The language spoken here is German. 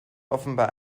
offenbar